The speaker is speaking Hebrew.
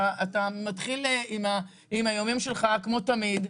אתה מתחיל עם האיומים שלך כמו תמיד.